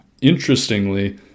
Interestingly